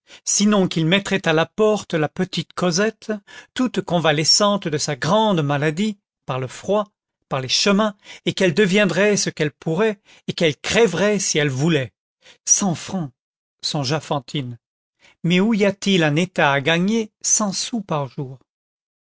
sinon qu'il mettrait à la porte la petite cosette toute convalescente de sa grande maladie par le froid par les chemins et qu'elle deviendrait ce qu'elle pourrait et qu'elle crèverait si elle voulait cent francs songea fantine mais où y a-t-il un état à gagner cent sous par jour